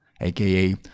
aka